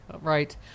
right